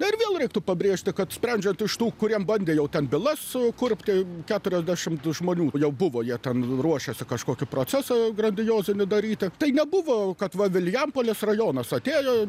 ir vėl reiktų pabrėžti kad sprendžiant iš tų kuriem bandė jau ten bylas sukurpti keturiasdešimt žmonių jau buvo jie ten ruošėsi kažkokį procesą grandiozinį daryti tai nebuvo kad va vilijampolės rajonas atėjo